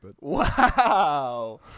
Wow